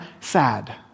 sad